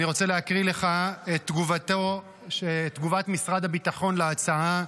אני רוצה להקריא לך את תגובת משרד הביטחון על ההצעה.